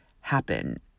happen